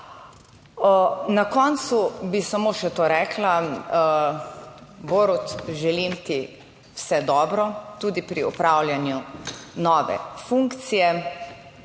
Na koncu bi samo še to rekla, Borut, želim ti vse dobro tudi pri opravljanju nove funkcije